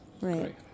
Right